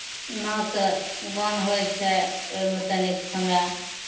नाच गान होइ छै ओहिमे तनिक समय